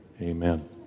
Amen